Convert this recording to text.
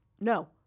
No